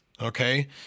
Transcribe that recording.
okay